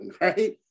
Right